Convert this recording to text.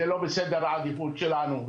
זה לא בסדר העדיפות שלנו.